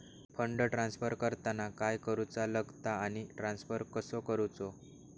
Fund transfer करताना काय करुचा लगता आनी ट्रान्स्फर कसो करूचो?